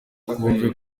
twumve